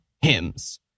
Hymns